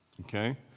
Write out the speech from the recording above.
okay